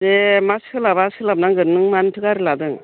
दे मा सोलाबा सोलाबनांगोन नों मानोथो गारि लादों